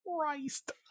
Christ